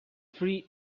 free